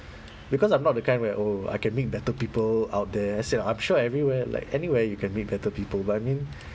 because I'm not the kind where oh I can meet better people out there as in I'm sure everywhere like anywhere you can meet better people I mean